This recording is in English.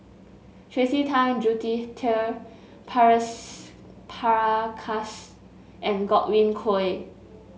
Tracey Tan Prakash and Godwin Koay